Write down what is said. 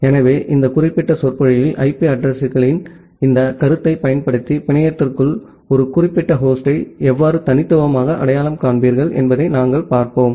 எனவே இந்த குறிப்பிட்ட சொற்பொழிவில் ஐபி அட்ரஸிங்களின் இந்த கருத்தைப் பயன்படுத்தி பிணையத்திற்குள் ஒரு குறிப்பிட்ட ஹோஸ்டை எவ்வாறு தனித்துவமாக அடையாளம் காண்பீர்கள் என்பதை நாம் பார்ப்போம்